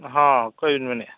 ᱦᱮᱸ ᱚᱠᱚᱭ ᱵᱤᱱ ᱢᱮᱱᱮᱜᱼᱟ